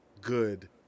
good